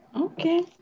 Okay